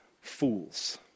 fools